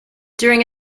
during